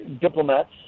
diplomats